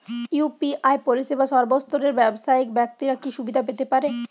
UPI পরিসেবা সর্বস্তরের ব্যাবসায়িক ব্যাক্তিরা কি সুবিধা পেতে পারে?